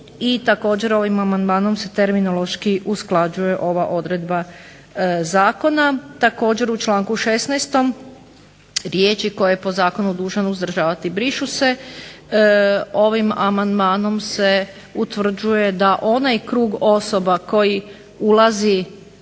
I također ovim amandmanom se terminološki usklađuje ova odredba zakona. Također, u članku 16. riječi koje je po zakonu dužan uzdržavati brišu se. Ovim amandmanom se utvrđuje da onaj krug osoba koji ulazi